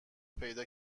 پیدا